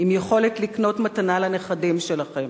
עם יכולת לקנות מתנה לנכדים שלכם.